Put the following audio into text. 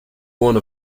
one